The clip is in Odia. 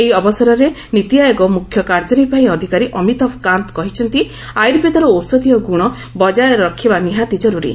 ଏହି ଅବସରରେ ନୀତି ଆାୟୋଗ ମୁଖ୍ୟ କାର୍ଯ୍ୟନିର୍ବାହୀ ଅଧିକାରୀ ଅମିତାଭ୍ କାନ୍ତ କହିଛନ୍ତି ଆୟୁର୍ବେଦର ଔଷଧିୟ ଗ୍ରଣ ବଜାୟ ରଖିବା ନିହାତି ଜର୍ରରୀ